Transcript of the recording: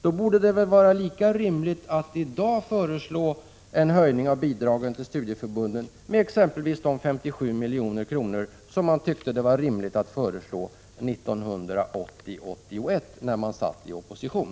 Det borde då vara lika rimligt att i dag föreslå en höjning av bidragen till studieförbunden med exempelvis de 57 milj.kr. som man tyckte att det var rimligt att föreslå 1980-1981, när man satt i opposition.